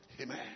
Amen